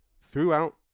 throughout